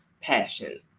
passion